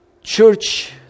church